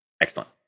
Excellent